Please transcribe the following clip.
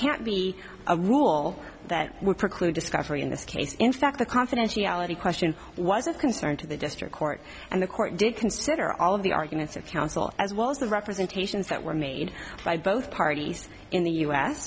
can't be a rule that would preclude discovery in this case in fact the confidentiality question was of concern to the district court and the court did consider all of the arguments of counsel as well as the representations that were made by both parties in the u